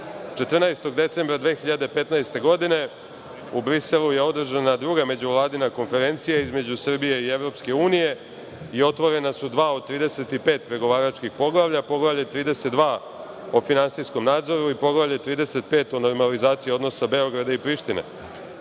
14. decembra 2015. godine u Briselu je održana Druga međuvladina konferencija između Srbije i EU i otvorena su dva od 35 pregovaračkih poglavlja: Poglavlje 32 o finansijskom nadzoru i Poglavlje 35 o normalizaciji odnosa Beograda i Prištine. Dana,